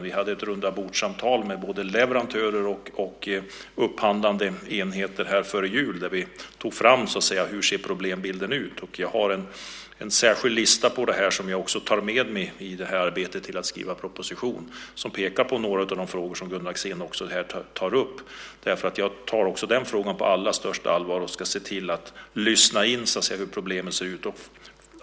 Vi hade ett rundabordssamtal med både leverantörer och upphandlande enheter före jul där vi gick igenom hur problembilden ser ut. Jag har en särskild lista på problem som jag tar med mig i arbetet med att skriva en proposition som pekar på några av de frågor som Gunnar Axén tar upp. Jag tar frågan på allra största allvar och ska se till att så att säga lyssna in hur problemen ser ut.